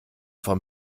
vom